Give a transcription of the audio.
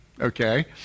Okay